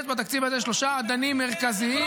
יש בתקציב הזה שלושה אדנים מרכזיים.